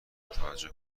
توجه